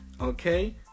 Okay